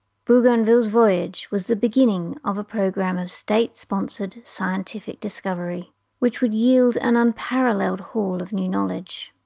bougainville's voyage was the beginning of a program of state-sponsored scientific discovery which would yield an unparalleled haul of new knowledge.